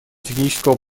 технического